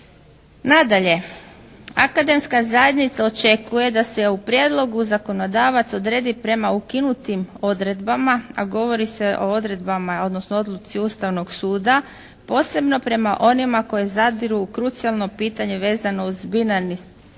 Nadalje akademska zajednica očekuje da se u prijedlogu zakonodavac odredi prema ukinutim odredbama a govori se o odredbama odnosno odluci Ustavnog suda posebno prema onima koje zadiru u krucijalno pitanje vezano uz binarni sustav